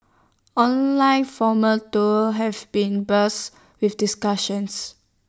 online formal too have been buzz with discussions